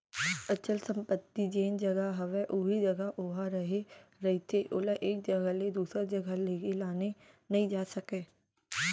अचल संपत्ति जेन जघा हवय उही जघा ओहा रेहे रहिथे ओला एक जघा ले दूसर जघा लेगे लाने नइ जा सकय